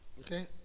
Okay